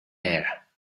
air